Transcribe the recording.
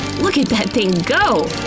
look at that thing go!